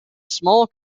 small